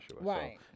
Right